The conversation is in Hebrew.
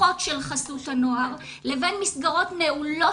פתוחות של חסות הנוער לבין מסגרות נעולות